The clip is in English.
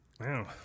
Wow